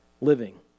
living